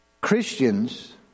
Christians